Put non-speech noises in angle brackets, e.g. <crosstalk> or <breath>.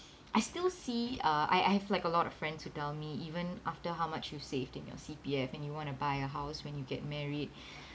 I still see uh I I have like a lot of friends who tell me even after how much you've saved in your C_P_F and you want to buy a house when you get married <breath>